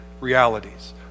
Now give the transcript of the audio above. realities